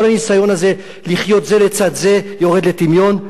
כל הניסיון הזה לחיות זה לצד זה יורד לטמיון.